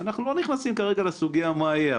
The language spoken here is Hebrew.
אנחנו לא נכנסים כרגע לסוגיה מה יהיה,